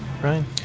Ryan